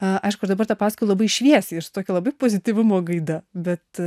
aišku aš dabartą paskui labai šviesiai ir su tokia labai pozityvumo gaida bet